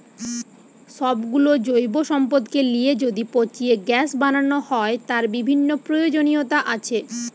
সব গুলো জৈব সম্পদকে লিয়ে যদি পচিয়ে গ্যাস বানানো হয়, তার বিভিন্ন প্রয়োজনীয়তা আছে